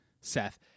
Seth